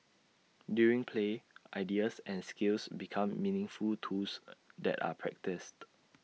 during play ideas and skills become meaningful tools that are practised